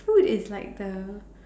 food is like the